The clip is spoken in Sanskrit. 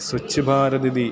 स्वच्छ भारतमिति